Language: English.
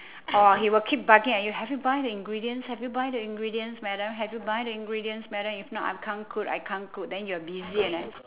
or he will keep bugging at you have you buy the ingredients have you buy the ingredients madam have you buy the ingredients madam if not I can't cook I can't cook then you're busy and then